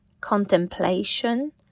contemplation